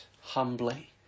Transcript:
humbly